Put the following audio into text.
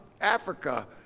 Africa